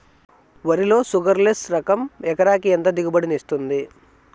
వరి లో sugarless less రకం ఎకరాకి ఎంత దిగుబడినిస్తుంది